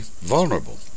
vulnerable